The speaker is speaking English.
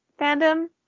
fandom